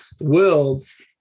worlds